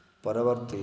ପରବର୍ତ୍ତୀ